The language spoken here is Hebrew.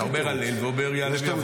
כשאתה אומר "הלל" והוא אומר "יעלה ויבוא".